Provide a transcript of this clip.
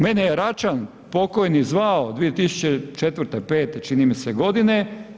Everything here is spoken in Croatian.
Mene je Račan pokojni zvao 2004., 5. čini mi se godine.